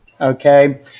Okay